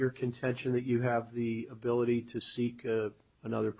your contention that you have the ability to seek another